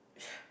yeah